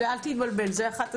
אל תתבלבל, זה אחת הסיבות.